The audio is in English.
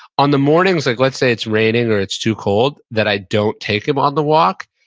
on the mornings, like, let's say it's raining or it's too cold that i don't take him on the walk,